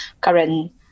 current